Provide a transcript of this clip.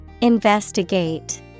Investigate